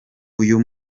uyu